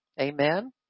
Amen